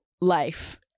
life